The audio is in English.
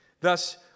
Thus